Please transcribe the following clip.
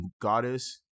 goddess